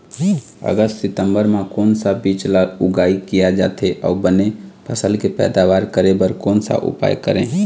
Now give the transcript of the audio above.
अगस्त सितंबर म कोन सा बीज ला उगाई किया जाथे, अऊ बने फसल के पैदावर करें बर कोन सा उपाय करें?